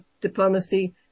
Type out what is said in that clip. diplomacy